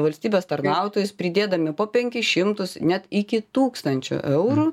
valstybės tarnautojus pridėdami po penkis šimtus net iki tūkstančio eurų